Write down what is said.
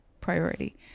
priority